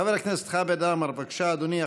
חבר הכנסת חמד עמאר, בבקשה, אדוני.